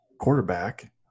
quarterback